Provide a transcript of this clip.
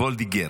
וולדיגר,